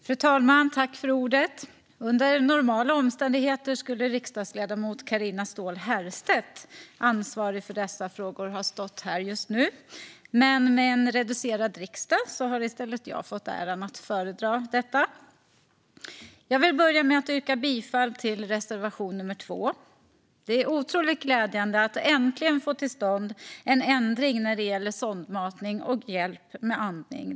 Fru talman! Under normala omständigheter skulle riksdagsledamoten Carina Ståhl Herrstedt, ansvarig för dessa frågor, ha stått här just nu, men med en reducerad riksdag har i stället jag fått äran att föredra detta. Jag vill börja med att yrka bifall till reservation nr 2. Det är otroligt glädjande att äntligen få till stånd en ändring när det gäller sondmatning och hjälp med andning.